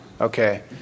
Okay